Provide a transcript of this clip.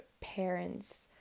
parents